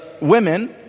women